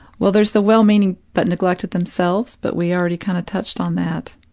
well, there's the well-meaning but neglected themselves, but we already kind of touched on that.